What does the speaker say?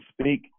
speak